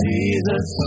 Jesus